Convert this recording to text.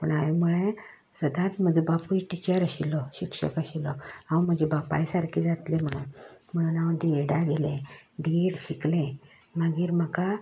पण हांवें म्हळें सदांच म्हजो बापूय टिचर आशिल्लो शिक्षक आशिल्लो हांव म्हजे बापाय सारकें जातलें म्हणन म्हणन हांव डिएडा गेलें डिएड शिकलें मागीर म्हाका